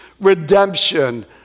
redemption